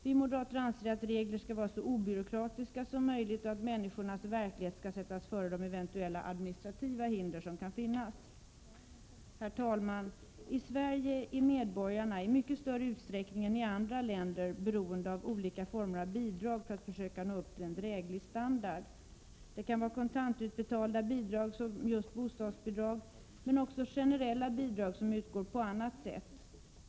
Vi moderater anser att reglerna skall vara så obyråkratiska som möjligt och att människornas verklighet skall sättas före det eventuella administrativa hinder som kan finnas. Herr talman! I Sverige är medborgarna, i mycket större utsträckning än i andra länder, beroende av olika former av bidrag för att nå upp till en dräglig standard. Det kan vara kontantutbetalda bidrag såsom bostadsbidrag, men också generella bidrag som utgår på annat sätt.